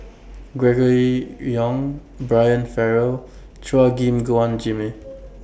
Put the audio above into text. Gregory Yong Brian Farrell Chua Gim Guan Jimmy